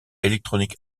electronic